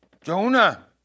Jonah